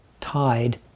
tied